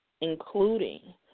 including